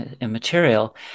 immaterial